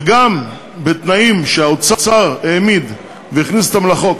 וגם בתנאים שהאוצר העמיד והכניס לחוק,